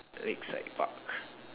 Lakeside-Park